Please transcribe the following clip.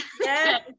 Yes